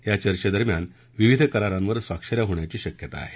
या चर्चेदरम्यान विविध करारांवर स्वाक्ष या होण्याची शक्यता आहे